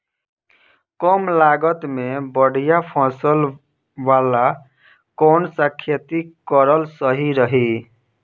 कमलागत मे बढ़िया फसल वाला कौन सा खेती करल सही रही?